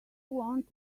want